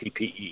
PPE